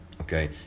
okay